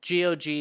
Gog